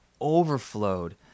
overflowed